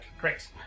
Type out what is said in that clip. Great